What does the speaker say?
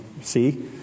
see